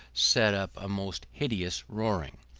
set up a most hideous roaring.